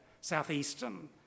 Southeastern